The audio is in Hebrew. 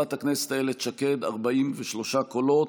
חברת הכנסת איילת שקד, 43 קולות.